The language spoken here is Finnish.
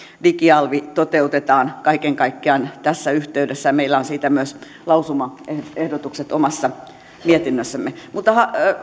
digialvi toteutetaan kaiken kaikkiaan tässä yhteydessä ja meillä on siitä myös lausumaehdotukset omassa mietinnössämme